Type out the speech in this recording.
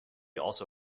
also